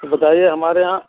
तो बताइए हमारे यहाँ